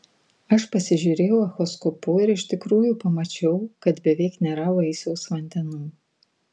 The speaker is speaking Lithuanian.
aš pasižiūrėjau echoskopu ir iš tikrųjų pamačiau kad beveik nėra vaisiaus vandenų